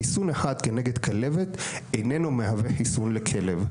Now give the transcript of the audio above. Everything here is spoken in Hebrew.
חיסון אחד כנגד כלבת איננו מהווה חיסון לכלב.